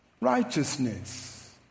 righteousness